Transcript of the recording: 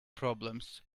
problems